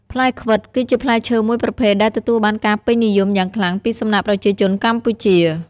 ផ្លែខ្វិត គឺជាផ្លែឈើមួយប្រភេទដែលទទួលបានការពេញនិយមយ៉ាងខ្លាំងពីសំណាក់ប្រជាជនកម្ពុជា។